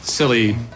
Silly